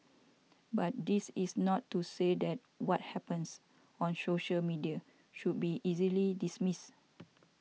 but this is not to say that what happens on social media should be easily dismissed